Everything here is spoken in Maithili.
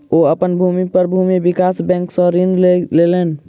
ओ अपन भूमि पर भूमि विकास बैंक सॅ ऋण लय लेलैन